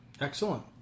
Excellent